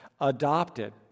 adopted